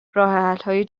راهحلهای